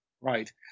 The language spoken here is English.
Right